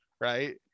right